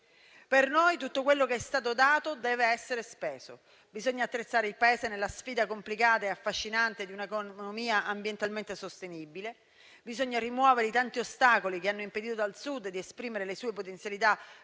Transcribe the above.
Per noi tutto quello che è stato dato deve essere speso. Bisogna attrezzare il Paese nella sfida complicata e affascinante di un'economia sostenibile dal punto di vista ambientale. Bisogna rimuovere i tanti ostacoli che hanno impedito al Sud di esprimere le sue potenzialità per la